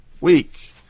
week